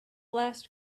last